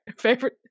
favorite